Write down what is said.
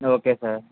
okay sir